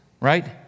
right